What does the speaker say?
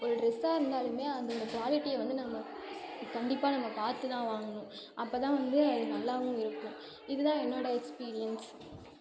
ஒரு ட்ரெஸ்ஸாக இருந்தாலுமே அதோடய குவாலிட்டிய வந்து நம்ம கண்டிப்பாக நம்ம பார்த்து தான் வாங்கணும் அப்போ தான் வந்து அது நல்லாவும் இருக்கும் இதுதான் என்னோடய எக்ஸ்பீரியன்ஸ்